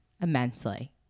immensely